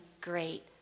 great